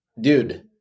Dude